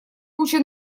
куча